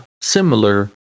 similar